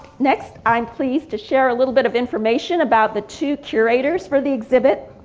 next i'm pleased to share a little bit of information about the two curators for the exhibit.